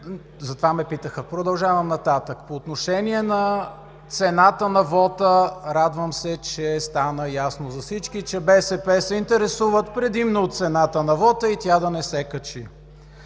За това ме питаха. Продължавам нататък. По отношение на цената на вота, радвам се, че стана ясно на всички, че БСП се интересуват предимно от цената на вота (реплики